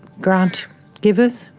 grant givers